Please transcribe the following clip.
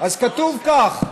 אז כתוב כך: